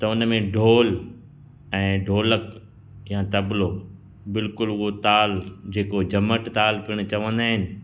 त उन में ढोल ऐं ढोलक या तबलो बिल्कुलु उहो ताल जेको जमट ताल पिणु चवंदा आहिनि